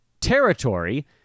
territory